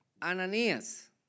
Ananías